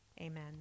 Amen